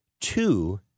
Two